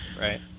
Right